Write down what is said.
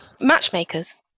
matchmakers